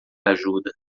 ajuda